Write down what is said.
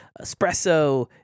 espresso